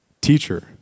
teacher